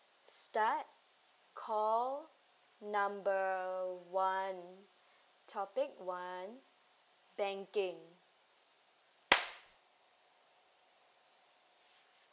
start call number one topic one banking